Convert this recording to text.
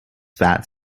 fat